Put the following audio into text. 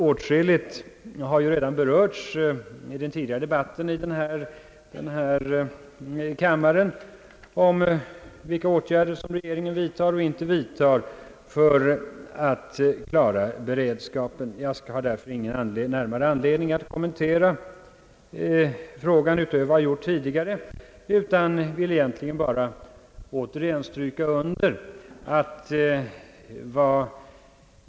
Åtskilligt har redan berörts i den tidigare debatten i denna kammare bl.a. om vilka åtgärder regeringen vidtar och inte vidtar för att klara beredskapen. Jag har därför ingen närmare anledning att kommentera frågan utöver vad jag har gjort tidigare. Däremot vill jag återigen stryka under, att vad som är mest intressant nu är hur man skall kunna få grepp om den opinionsmässiga beredskapen.